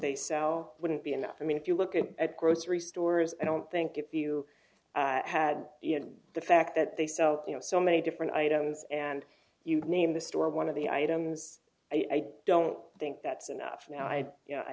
they sell wouldn't be enough i mean if you look at it at grocery stores i don't think if you had you know the fact that they sell you know so many different items and you name the store one of the items i don't think that's enough now i